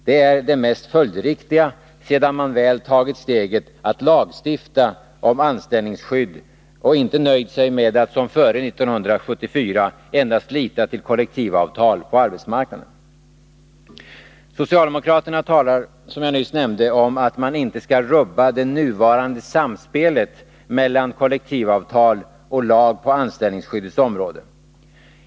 Det är det mest följdriktiga sedan man väl tagit steget att lagstifta om anställningsskydd och inte nöjt sig med att, såsom före 1974, endast lita till kollektivavtal på arbetsmarknaden. Socialdemokraterna talar, som jag nyss nämnde, om att man inte skall rubba det nuvarande samspelet mellan kollektivavtal och lag på anställningsskyddets område.